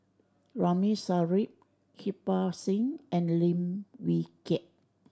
Ramli Sarip Kirpal Singh and Lim Wee Kiak